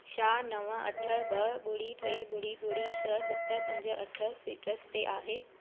छा नव अठ ॿ ॿुड़ी टे ॿुड़ी ॿुड़ी छह सत पंज अठ सिट्रस ते आहे